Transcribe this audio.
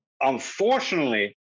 Unfortunately